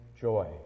joy